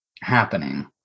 happening